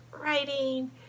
writing